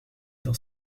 dans